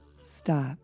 stop